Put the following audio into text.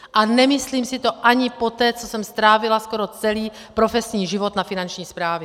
A nemyslím si to ani poté, co jsem strávila skoro celý profesní život na Finanční správě.